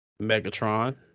Megatron